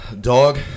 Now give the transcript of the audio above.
Dog